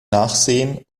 nachsehen